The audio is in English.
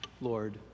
Lord